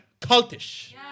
cultish